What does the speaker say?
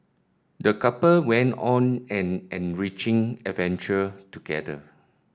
the couple went on an enriching adventure together